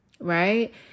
right